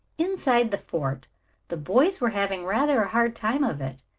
inside the fort the boys were having rather a hard time of it.